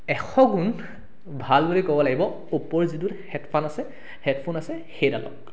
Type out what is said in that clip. এশগুণ ভাল বুলি কব লাগিব অ'প্প'ৰ যিটো হেডফান আছে হেডফোন আছে সেইডালক